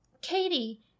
katie